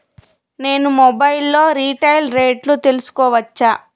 నేను మొబైల్ లో రీటైల్ రేట్లు తెలుసుకోవచ్చా?